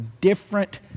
different